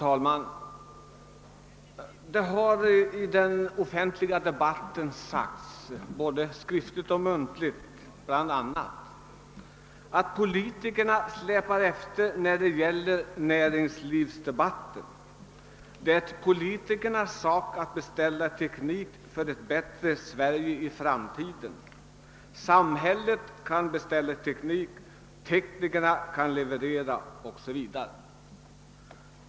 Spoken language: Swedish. Herr talman! I den offentliga diskussionen har både skriftligen och muntligen påståtts att politikerna släpar efter när det gäller näringslivsdebatten. Det är politikernas sak att beställa teknik som kan ge oss ett bättre Sverige i framtiden — samhället beställer teknik, teknikerna levererar o.s.v.